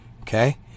Okay